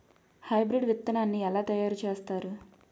Hybrid విత్తనాన్ని ఏలా తయారు చేస్తారు?